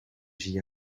j’y